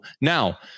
Now